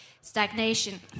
stagnation